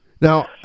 Now